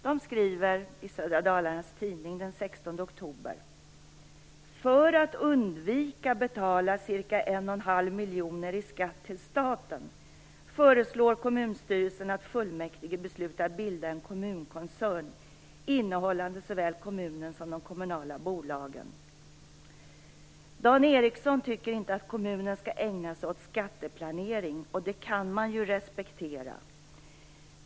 De skriver i Södra Dalarnes Tidning den 16 oktober: För att undvika att betala ca 1,5 miljoner i skatt till staten föreslår kommunstyrelsen att fullmäktige beslutar att bilda en kommunkoncern innehållande såväl kommunen som de kommunala bolagen. Dan Eriksson tycker inte att kommunen skall ägna sig åt skatteplanering, och det kan man ju respektera.